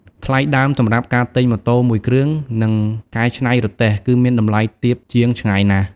ថ្លៃដើមសម្រាប់ការទិញម៉ូតូមួយគ្រឿង និងកែច្នៃរទេះ គឺមានតម្លៃទាបជាងឆ្ងាយណាស់។